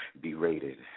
berated